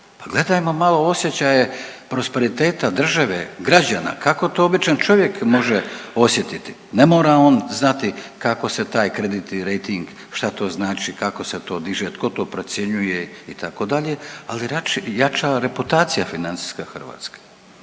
gledajmo malo osjećaje prosperiteta države, građana, kako to običan čovjek može osjetiti? Ne mora on znati kako se taj .../Govornik se ne razumije./... rejting, šta to znači, kako se to diže, tko to procjenjuje, itd., ali jača reputacija financijska hrvatska.